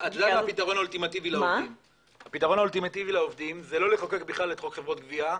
הפתרון האולטימטיבי לעובדים זה לא לחוקק בכלל את חוק חברות גבייה,